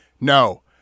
no